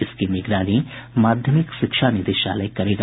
इसकी निगरानी माध्यमिक शिक्षा निदेशालय करेगा